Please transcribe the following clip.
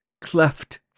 cleft